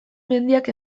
mendiak